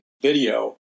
video